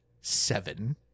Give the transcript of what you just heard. Seven